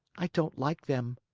i don't like them.